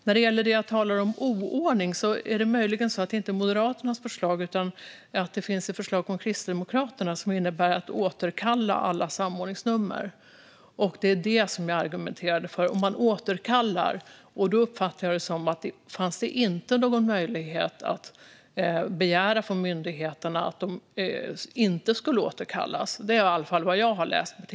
När jag talar om oordning är det möjligen inte Moderaternas förslag jag syftar på utan Kristdemokraternas, som innebär ett återkallande av alla samordningsnummer. Jag argumenterade mot deras förslag att återkalla utan möjlighet för myndigheterna att begära att de inte ska återkallas. Detta är vad jag har läst mig till.